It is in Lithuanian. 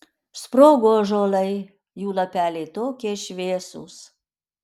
sprogo ąžuolai jų lapeliai tokie šviesūs